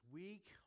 week